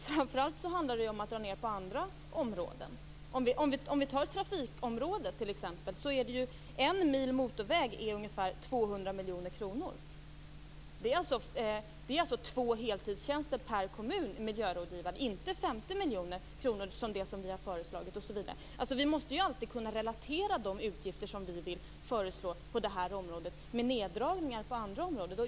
Framför allt handlar det om att dra ned på andra områden, t.ex. trafikområdet. En mil motorväg motsvarar ungefär 200 miljoner kronor - det är alltså två heltidstjänster per kommun för miljörådgivare - och inte 50 miljoner kronor som vi har föreslagit. Vi måste alltid kunna relatera de utgifter som vi föreslår på det här området med neddragningar på andra områden.